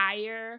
higher